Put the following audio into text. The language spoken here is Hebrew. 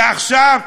ועכשיו,